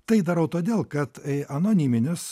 tai darau todėl kad anoniminis